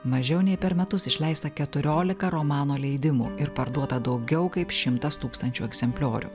mažiau nei per metus išleista keturiolika romano leidimų ir parduota daugiau kaip šimtas tūkstančių egzempliorių